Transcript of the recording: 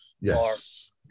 Yes